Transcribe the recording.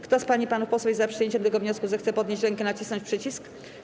Kto z pań i panów posłów jest za przyjęciem tego wniosku, zechce podnieść rękę i nacisnąć przycisk.